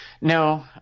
No